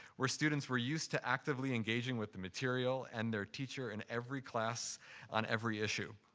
where students were used to actively engaging with the material and their teacher in every class on every issue.